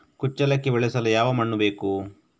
ಕುಚ್ಚಲಕ್ಕಿ ಬೆಳೆಸಲು ಯಾವ ಮಣ್ಣು ಬೇಕು?